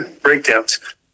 breakdowns